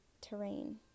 terrain